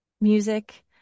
music